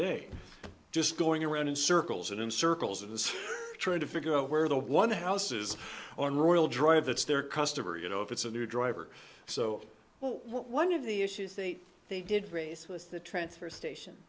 day just going around in circles and in circles and trying to figure out where the one house is on royal drive that's their customer you know if it's a new driver so well one of the issues think they did race was the transfer station